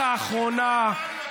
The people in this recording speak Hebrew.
את האחרונה,